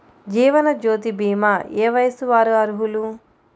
జీవనజ్యోతి భీమా ఏ వయస్సు వారు అర్హులు?